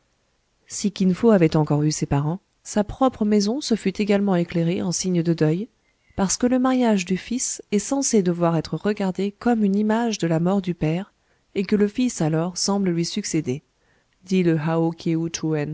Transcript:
si kin fo avait encore eu ses parents sa propre maison se fût également éclairée en signe de deuil parce que le mariage du fils est censé devoir être regardé comme une image de la mort du père et que le fils alors semble lui succéder dit le